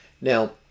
Now